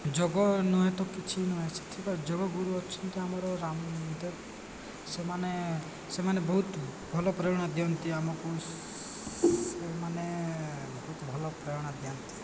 ଯୋଗ ନୁହେଁ ତ କିଛି ନୁହେଁ ସେଥିପାଇଁ ଯୋଗଗୁରୁ ଅଛନ୍ତି ଆମର ରାମଦେବ ସେମାନେ ସେମାନେ ବହୁତ ଭଲ ପ୍ରେରଣା ଦିଅନ୍ତି ଆମକୁ ସେମାନେ ବହୁତ ଭଲ ପ୍ରେରଣା ଦିଅନ୍ତି